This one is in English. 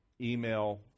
email